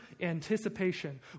anticipation